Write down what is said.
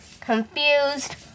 confused